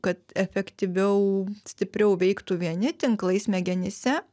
kad efektyviau stipriau veiktų vieni tinklai smegenyse